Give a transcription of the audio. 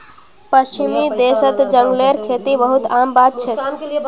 पश्चिमी देशत जंगलेर खेती बहुत आम बात छेक